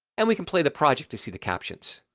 and we can play the project to see the captions.